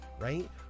right